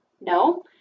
No